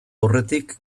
aurretik